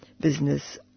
business